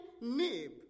nib